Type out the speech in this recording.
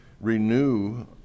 renew